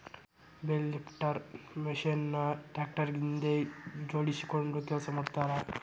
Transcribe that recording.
bale lifter machine ನ tractor ಗೆ ಹಿಂದ್ ಜೋಡ್ಸ್ಕೊಂಡು ಕೆಲಸ ಮಾಡ್ತಾರ